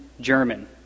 German